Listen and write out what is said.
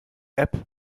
app